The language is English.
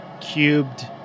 cubed